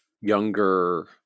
younger